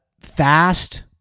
fast